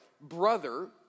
brother